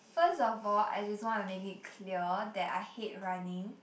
first of all I just wanna make it clear that I hate running